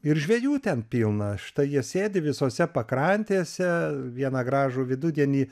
ir žvejų ten pilna štai jie sėdi visose pakrantėse vieną gražų vidudienį